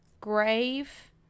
grave